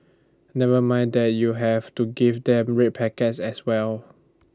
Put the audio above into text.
never mind that you have to give them red packets as well